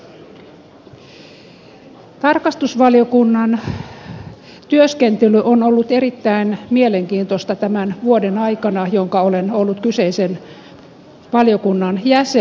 tarkastusvaliokunnan työskentely on ollut erittäin mielenkiintoista tämän vuoden aikana jonka olen ollut kyseisen valiokunnan jäsen